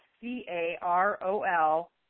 C-A-R-O-L